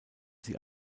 sie